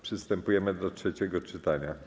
Przystępujemy do trzeciego czytania.